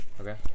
Okay